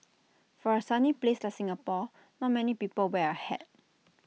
for A sunny place like Singapore not many people wear A hat